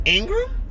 Ingram